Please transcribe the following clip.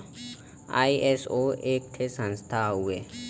ISO एक ठे संस्था हउवे